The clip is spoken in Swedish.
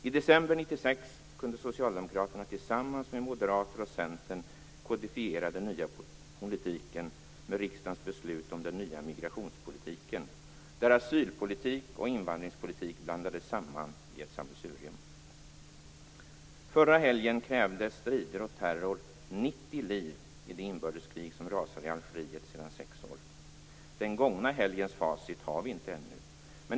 I december 1996 kunde Socialdemokraterna tillsammans med Moderaterna och Centern kodifiera den nya politiken med riksdagens beslut om den nya "migrationspolitiken", där asylpolitik och invandringspolitik blandades samman i ett sammelsurium. Förra helgen krävde strider och terror 90 liv i det inbördeskrig som sedan sex år tillbaka rasar i Algeriet. Den gångna helgens facit har vi inte ännu.